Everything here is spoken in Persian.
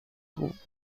خوب